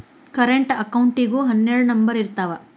current ಅಕೌಂಟಿಗೂ ಹನ್ನೆರಡ್ number ಇರ್ತಾವ